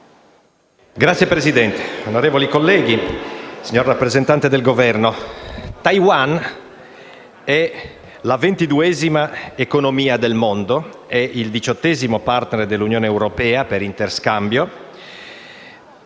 Signor Presidente, onorevoli colleghi, signor rappresentante del Governo, Taiwan è la ventiduesima economia del mondo, è il diciottesimo *partner* dell'Unione europea per interscambio,